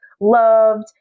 loved